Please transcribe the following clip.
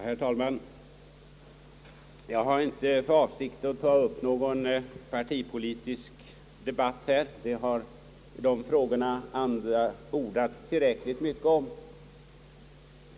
Herr talman! Jag har inte för avsikt att ta upp någon partipolitisk debatt här — de partipolitiska frågorna har andra ordat tillräckligt mycket om.